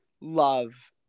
love